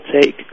take